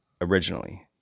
originally